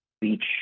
beach